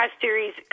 series